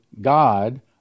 God